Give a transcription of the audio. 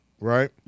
Right